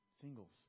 singles